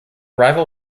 rival